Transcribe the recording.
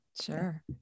Sure